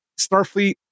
Starfleet